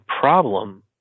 problem